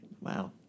Wow